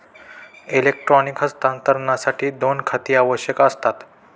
electronic हस्तांतरणासाठी दोन खाती आवश्यक असतात